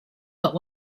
what